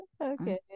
okay